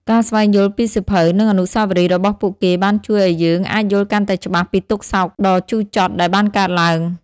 ការស្វែងយល់ពីសៀវភៅ និងអនុស្សាវរីយ៍របស់ពួកគេបានជួយឲ្យយើងអាចយល់កាន់តែច្បាស់ពីទុក្ខសោកដ៏ជូរចត់ដែលបានកើតឡើង។